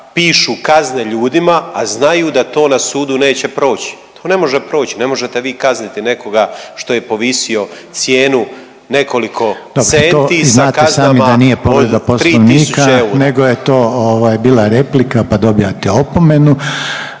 pišu kazne ljudima, a znaju da to na sudu neće proći. Ne može proći, ne možete vi kazniti nekoga što je povisio cijenu nekoliko centi sa kaznama od 3000 eura. **Reiner, Željko (HDZ)** Dobro, to znate i sami da nije povreda Poslovnika nego je to bila replika pa dobivate opomenu.